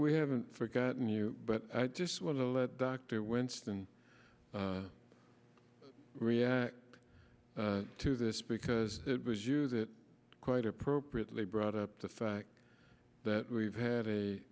we haven't forgotten you but i just want to let dr winston react to this because it was you that quite appropriately brought up the fact that we've had a